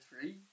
three